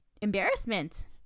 embarrassment